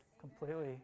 Completely